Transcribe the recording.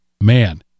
man